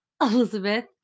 Elizabeth